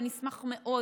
ונשמח מאוד,